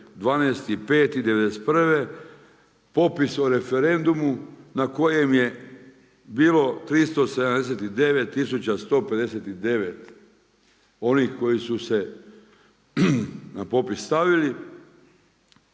12.5.1991. popis o referendumu na kojem je bilo 379159 onih koji su se na popis stavili